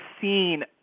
seen